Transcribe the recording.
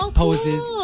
poses